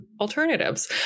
alternatives